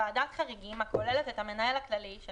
ועדת חריגים הכוללת את המנהל הכללי של